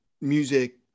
music